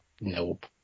nope